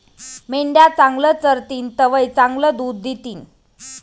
मेंढ्या चांगलं चरतीन तवय चांगलं दूध दितीन